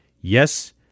Yes